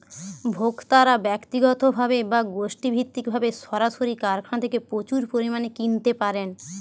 ভোক্তারা ব্যক্তিগতভাবে বা গোষ্ঠীভিত্তিকভাবে সরাসরি কারখানা থেকে প্রচুর পরিমাণে কিনতে পারেন